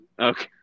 okay